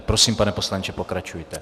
Prosím, pane poslanče, pokračujte.